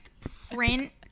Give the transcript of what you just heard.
print